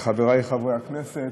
חברי חברי הכנסת,